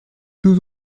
deux